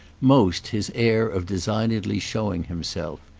most his air of designedly showing himself.